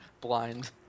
blind